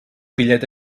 pillet